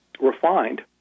refined